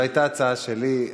זו הייתה הצעה שלי.